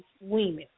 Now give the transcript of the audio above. women